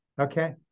Okay